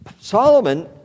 Solomon